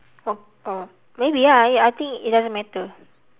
oh oh maybe ah I I think it doesn't matter